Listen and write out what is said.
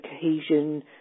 cohesion